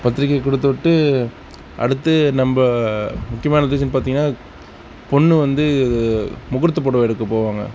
பத்திரிகையை கொடுத்துவுட்டு அடுத்து நம்ப முக்கியமான டிஸிசன் பாத்தீங்கன்னா பொண்ணு வந்து முகூர்த்த புடவை எடுக்கப் போவாங்க